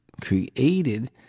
created